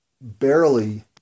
barely